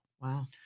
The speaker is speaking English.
Wow